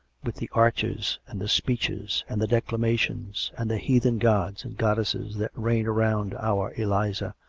with the arches and the speeches and the declamations, and the heathen gods and goddesses that reign round our eliza,